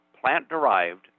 plant-derived